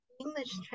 English